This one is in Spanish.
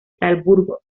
salzburgo